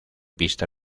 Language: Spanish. pista